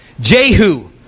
Jehu